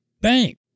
bank